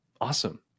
Awesome